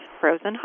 frozen